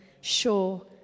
sure